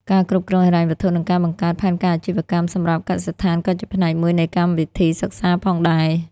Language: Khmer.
ការគ្រប់គ្រងហិរញ្ញវត្ថុនិងការបង្កើតផែនការអាជីវកម្មសម្រាប់កសិដ្ឋានក៏ជាផ្នែកមួយនៃកម្មវិធីសិក្សាផងដែរ។